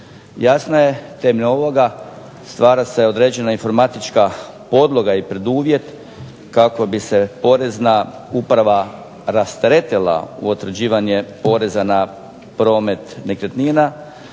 Jasno je, temeljem ovoga stvara se određena informatička podloga i preduvjet kako bi se porezna uprava rasteretila u određivanju poreza na promet nekretnina.